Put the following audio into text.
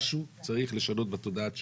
צריך לשנות משהו בתודעת השירות.